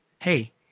hey